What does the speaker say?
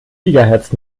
gigahertz